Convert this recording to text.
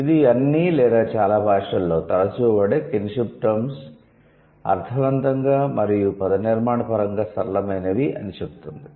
ఇది అన్ని లేదా చాలా భాషలలో తరచూ వాడే కిన్షిప్ టర్మ్స్ అర్థవంతంగా మరియు పదనిర్మాణపరంగా సరళమైనవి అని చెబుతుంది